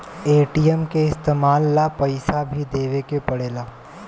ATM के इस्तमाल ला पइसा भी देवे के पड़ेला